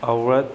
ꯑꯧꯔꯠ